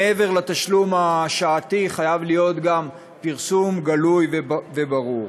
מעבר לתשלום השעתי חייב להיות גם פרסום גלוי וברור.